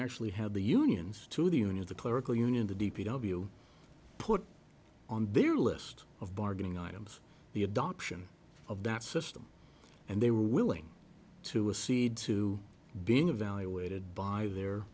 actually had the unions to the union the clerical union the d p w put on their list of bargaining items the adoption of that system and they were willing to a seed to being evaluated by their